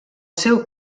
seu